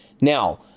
Now